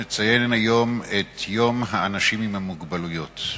מציינת היום את יום האנשים עם המוגבלויות.